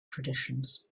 traditions